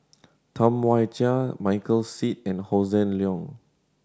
Tam Wai Jia Michael Seet and Hossan Leong